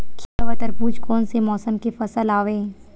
खीरा व तरबुज कोन से मौसम के फसल आवेय?